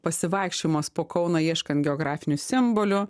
pasivaikščiojimas po kauną ieškant geografinių simbolių